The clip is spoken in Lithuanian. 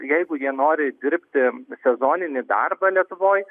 jeigu jie nori dirbti sezoninį darbą lietuvoj